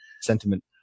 sentiment